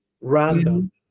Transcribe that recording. random